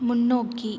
முன்னோக்கி